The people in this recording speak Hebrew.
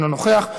אינו נוכח,